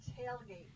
tailgate